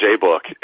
J-Book